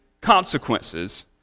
consequences